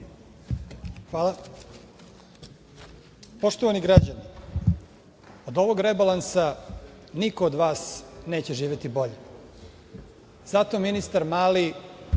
Hvala. Poštovani građani, od ovog rebalansa niko od vas neće živeti bolje. Zato ministar Mali